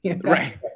Right